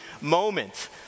moment